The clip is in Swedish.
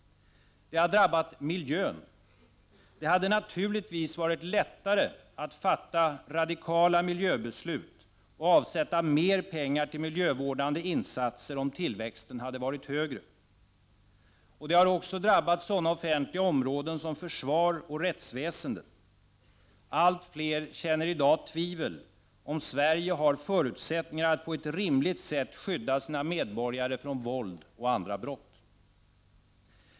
Det har drabbat miljön. Det hade naturligtvis varit lättare att fatta radikala miljöbeslut och avsätta mer pengar till miljövårdande insatser om tillväxten hade varit högre. Det har också drabbat sådana offentliga områden som försvar och rättsväsende. Allt fler känner i dag tvivel om Sverige har förutsättningar att på ett rimligt sätt skydda sina medborgare från våld och andra brott.